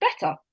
better